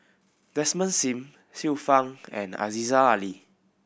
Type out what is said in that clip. Desmond Sim Xiu Fang and Aziza Ali